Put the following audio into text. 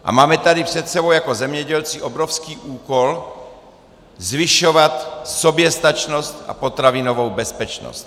A máme tady před sebou jako zemědělci obrovský úkol zvyšovat soběstačnost a potravinovou bezpečnost.